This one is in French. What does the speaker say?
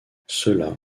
cela